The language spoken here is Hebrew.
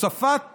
הוספת